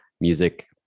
music